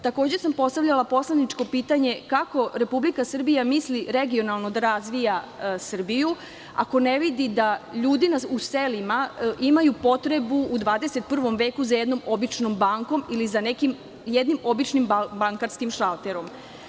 Takođe, sam postavljala poslaničko pitanje – kako Republika Srbija misli regionalno da razvija Srbiju, ako ne vidi da ljudi u selima imaju potrebu u 21 veku za jednom običnom bankom ili za nekim jednim običnim bankarskim šalterom.